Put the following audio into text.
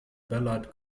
ballard